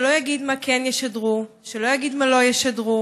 שלא יגיד מה כן ישדרו, שלא יגיד מה לא ישדרו.